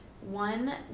One